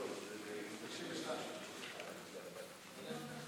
בדברים טובים כנראה צריך להמתין הרבה זמן.